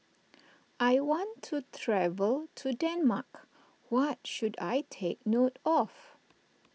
I want to travel to Denmark what should I take note of